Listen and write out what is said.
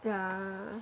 yeah